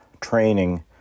training